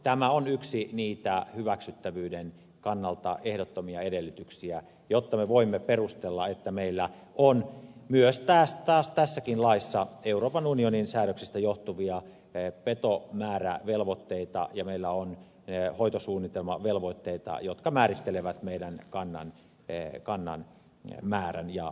tämä on yksi niitä hyväksyttävyyden kannalta ehdottomia edellytyksiä jotta me voimme perustella että meillä on myös taas tässäkin laissa euroopan unionin säädöksistä johtuvia petomäärävelvoitteita ja meillä on hoitosuunnitelmavelvoitteita jotka määrittelevät meidän kantamme määrän ja suuruuden